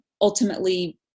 ultimately